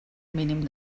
mínim